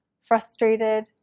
frustrated